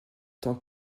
tant